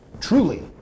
truly